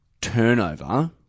turnover